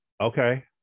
okay